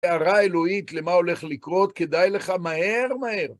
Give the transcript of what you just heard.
הערה אלוהית למה הולך לקרות, כדאי לך מהר מהר.